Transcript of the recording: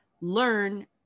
learn